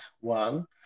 one